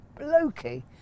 blokey